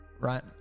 right